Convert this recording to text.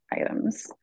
items